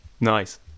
Nice